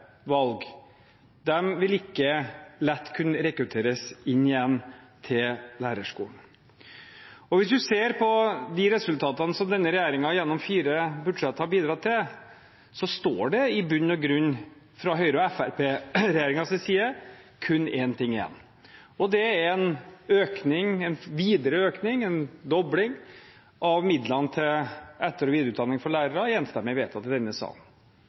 vil ikke lett kunne rekrutteres inn igjen til lærerskolen. Hvis en ser på de resultatene som denne regjeringen gjennom fire budsjett har bidratt til, står det for Høyre–Fremskrittsparti-regjeringen i bunn og grunn kun én ting igjen. Det er en økning, en videre økning, en dobling, av midlene til etter- og videreutdanning for lærere, enstemmig vedtatt i denne salen.